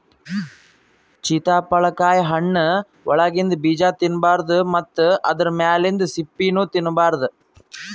ಚಿತ್ತಪಳಕಾಯಿ ಹಣ್ಣ್ ಒಳಗಿಂದ ಬೀಜಾ ತಿನ್ನಬಾರ್ದು ಮತ್ತ್ ಆದ್ರ ಮ್ಯಾಲಿಂದ್ ಸಿಪ್ಪಿನೂ ತಿನ್ನಬಾರ್ದು